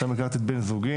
שם הכרתי את בן זוגי,